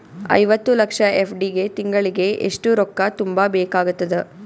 ಐವತ್ತು ಲಕ್ಷ ಎಫ್.ಡಿ ಗೆ ತಿಂಗಳಿಗೆ ಎಷ್ಟು ರೊಕ್ಕ ತುಂಬಾ ಬೇಕಾಗತದ?